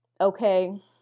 Okay